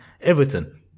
Everton